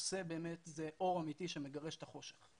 עושה באמת זה אור אמיתי שמגרש את החושך.